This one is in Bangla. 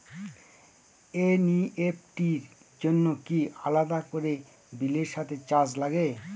এন.ই.এফ.টি র জন্য কি আলাদা করে বিলের সাথে চার্জ লাগে?